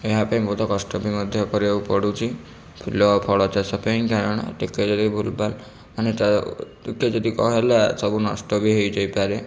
ଏହାପାଇଁ ବହୁତ କଷ୍ଟ ବି ମଧ୍ୟ କରିବାକୁ ପଡ଼ୁଛି ଫୁଲ ଓ ଫଳଚାଷ ପାଇଁ କାରଣ ଟିକେ ଯଦି ଭୁଲ ଭାଲ ମାନେ ଟିକେ ଯଦି କ'ଣ ହେଲା ସବୁ ନଷ୍ଟ ବି ହେଇଯାଇପାରେ